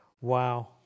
Wow